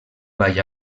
ball